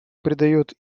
придает